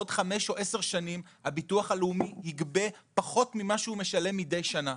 עוד חמש או עשר שנים הביטוח הלאומי יגבה פחות ממה שהוא משלם מידי שנה,